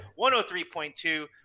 103.2